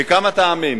מכמה טעמים.